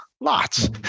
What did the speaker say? Lots